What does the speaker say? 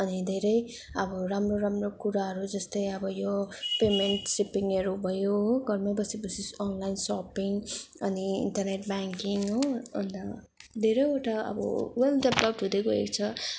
अनि धेरै अब राम्रो राम्रो कुराहरू जस्तै अब यो पेमेन्ट सिपिङहरू भयो हो घरमै बसीबसी अनलाइन सपिङ अनि इन्टरनेट ब्याङ्किङ हो अन्त धेरैवटा अब वेल डेभलप्ड हुँदै गएको छ अब